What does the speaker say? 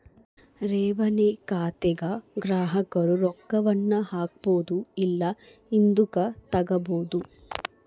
ಠೇವಣಿ ಖಾತೆಗ ಗ್ರಾಹಕರು ರೊಕ್ಕವನ್ನ ಹಾಕ್ಬೊದು ಇಲ್ಲ ಹಿಂದುಕತಗಬೊದು